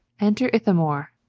enter ithamore.